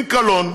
עם קלון,